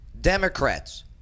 Democrats